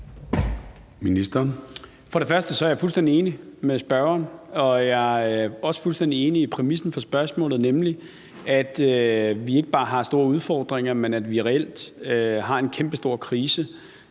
Hummelgaard): Jeg er fuldstændig enig med spørgeren, og jeg er også fuldstændig enig i præmissen for spørgsmålet, nemlig at vi ikke bare har store udfordringer, men at vi reelt har en kæmpestor krise